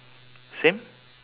same